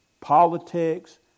politics